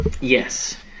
Yes